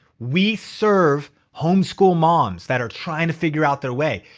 we serve homeschool moms that are trying to figure out their way.